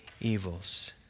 evils